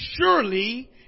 surely